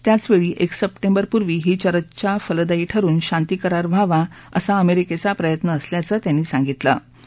त्यावेळी एक सप्टिर पूर्वी ही चर्चा फलदायी ठरुन शांती करार व्हावा असा अमेरिकेचा प्रयत्न असल्याचं त्यांनी सांगितलं होतं